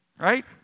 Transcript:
Right